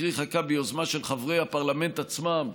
קרי חקיקה ביוזמה של חברי הפרלמנט עצמם,